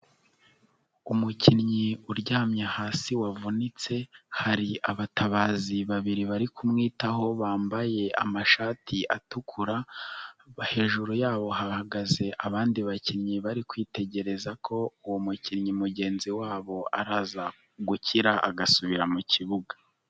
Umukinnyi uryamye hasi wavunitse hari abatabazi babiri bari kumwitaho bambaye amashati atukura, hejuru yabo hahagaze abandi bakinnyi bari kwitegereza ko uwo mukinnyi mugenzi wabo araza gukira agasubira mu kibuga.